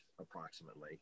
approximately